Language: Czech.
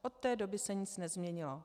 Od té doby se nic nezměnilo.